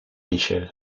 michel